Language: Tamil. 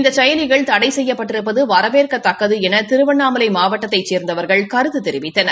இந்த செயலிகள் தடை செய்யப்பட்டிருப்பது வரவேற்கத்தக்கது என திருவண்ணாமலை மாவட்டத்தைச் சேர்ந்தவர்கள் கருத்து தெரிவித்தனர்